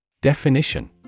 Definition